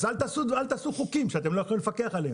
אז אל תעשו חוקים שאתם לא יכולים לפקח עליהם.